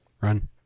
Run